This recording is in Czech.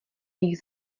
nich